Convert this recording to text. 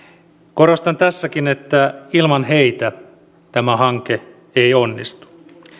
korostan tässäkin että ilman heitä tämä hanke ei onnistu